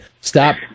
Stop